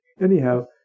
Anyhow